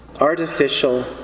artificial